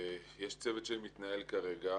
יש צוות שמתנהל כרגע.